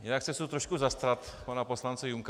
Jinak se chci trošku zastat pana poslance Junka.